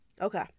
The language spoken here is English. Okay